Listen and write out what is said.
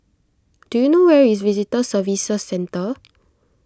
do you know where is Visitor Services Centre